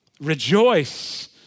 rejoice